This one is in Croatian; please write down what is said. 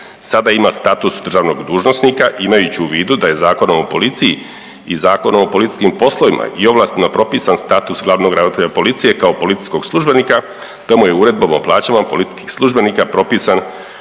Sada ima status državnog dužnosnika imajući vidu da je Zakon o policiji i Zakon o policijskim poslovima i ovlastima propisan status glavnog ravnatelja policije kao policijskog službenika, da mu je Uredbom o plaćama policijskih službenika propisan